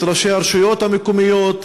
את ראשי הרשויות המקומיות,